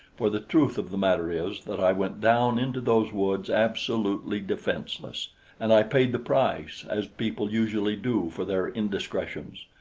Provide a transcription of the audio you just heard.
for the truth of the matter is that i went down into those woods absolutely defenseless and i paid the price, as people usually do for their indiscretions.